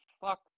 fuck